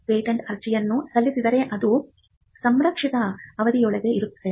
patent ಅರ್ಜಿಯನ್ನು ಸಲ್ಲಿಸಿದರೆ ಅದು ಸಂರಕ್ಷಿತ ಅವಧಿಯೊಳಗೆ ಇರುತ್ತದೆ